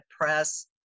press